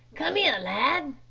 come here, lad.